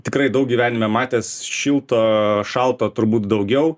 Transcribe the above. tikrai daug gyvenime matęs šilto šalto turbūt daugiau